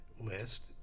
list